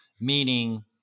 meaning